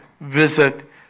visit